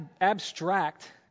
abstract